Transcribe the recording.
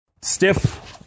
Stiff